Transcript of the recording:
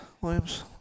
williams